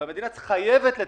והמדינה חייבת לתמרץ.